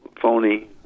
phony